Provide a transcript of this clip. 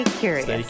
curious